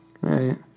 right